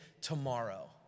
tomorrow